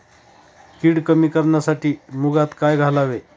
कीड कमी करण्यासाठी मुगात काय घालावे?